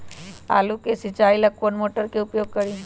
आलू के सिंचाई ला कौन मोटर उपयोग करी?